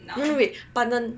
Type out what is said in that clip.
wait wait but the